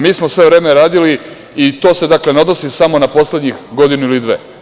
Mi smo sve vreme radili i to se, dakle, ne odnosi samo na poslednjih godinu ili dve.